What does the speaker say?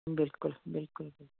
ਬਿਲਕੁਲ ਬਿਲਕੁਲ